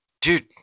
dude